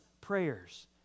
prayers